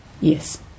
Yes